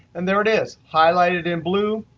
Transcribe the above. and there it is, highlighted in blue,